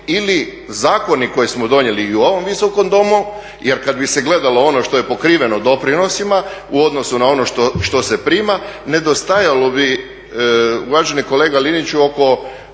ili zakoni koje smo donijeli i u ovom Visokom domu. Jer kada bi se gledalo ono što je pokriveno doprinosima u odnosu na ono što se prima nedostajalo bi uvaženi kolega Liniću oko